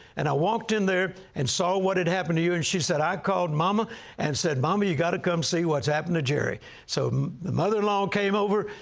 and i walked in there and saw what had happened to you. and she said, i called mama and said, mama, you got to come see what's happened to jerry so mother-in-law came over,